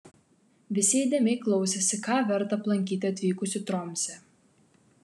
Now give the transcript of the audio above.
visi įdėmiai klausėsi ką verta aplankyti atvykus į tromsę